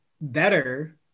better